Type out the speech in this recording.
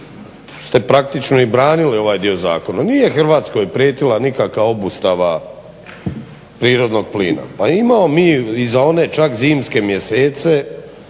ste praktično i branili ovaj dio zakona. Nije Hrvatskoj prijetila nikakva obustava prirodnog plina. Pa imao mi i za one čak zimske mjesece,